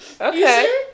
Okay